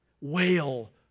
Wail